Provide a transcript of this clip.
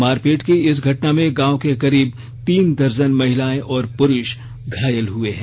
मारपीट की इस घटना में गांव के करीब तीन दर्जन महिलाएं और पुरुष घायल हुए हैं